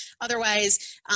Otherwise